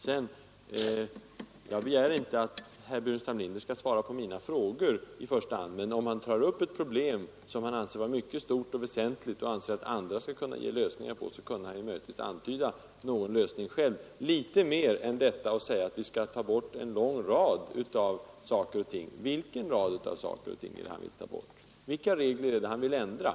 Sedan begär jag inte att herr Burenstam Linder skall svara på mina frågor i och för sig. Men när han tar upp ett problem som han tycker är mycket stort och väsentligt och anser att andra skall kunna ge lösningar på det, kunde herr Burenstam Linder möjligen antyda någon lösning själv och inte bara säga att vi skall ta bort en lång rad av saker och ting. Vilken rad av saker och ting vill herr Burenstam Linder ta bort? Vilka regler är det han vill ändra på?